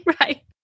right